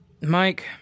Mike